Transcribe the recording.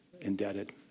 indebted